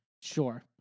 Sure